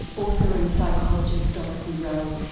author and psychologist dorothy rowe,